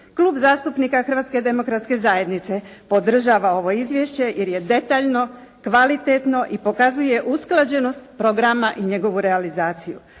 Klub zastupnika Hrvatske demokratske zajednice podržava ovo izvješće, jer je detaljno, kvalitetno i pokazuje usklađenost programa i njegovu realizaciju.